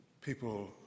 people